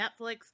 Netflix